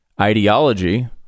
ideology